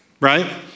right